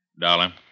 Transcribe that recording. Darling